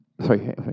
Sorry